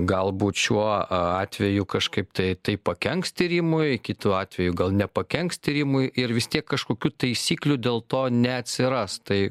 galbūt šiuo atveju kažkaip tai tai pakenks tyrimui kitu atveju gal nepakenks tyrimui ir vis tiek kažkokių taisyklių dėl to neatsiras tai